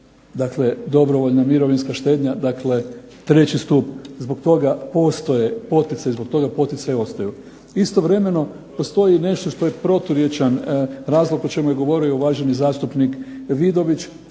potiče dobrovoljna mirovinska štednja, dakle treći stup. Zbog toga postoje poticaji, zbog toga poticaji ostaju. Istovremeno, postoji i nešto što je proturječan razlog o čemu je govorio uvaženi zastupnik Vidović.